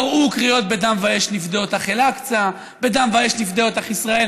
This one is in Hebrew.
קראו קריאות: בדם ואש נפדה אותך אל-אקצא,